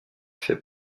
fait